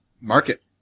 market